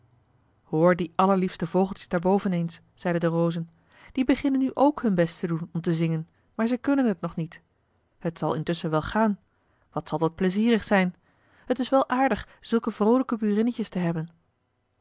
hoor die allerliefste vogeltjes daar boven eens zeiden de rozen die beginnen nu ook hun best te doen om te zingen maar zij kunnen het nog niet het zal intusschen wel gaan wat zal dat plezierig zijn het is wel aardig zulke vroolijke burinnetjes te hebben